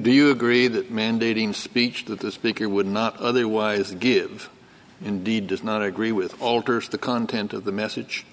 do you agree that mandating speech that the speaker would not otherwise give indeed does not agree with alters the content of the message